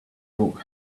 wrote